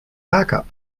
backup